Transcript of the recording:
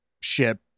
ship